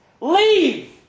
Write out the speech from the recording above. Leave